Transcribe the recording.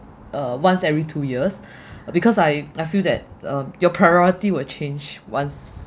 uh once every two years because I I feel that uh your priority will change once